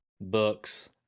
books